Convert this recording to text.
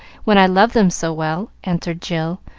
when i love them so well? answered jill,